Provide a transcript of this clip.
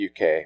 UK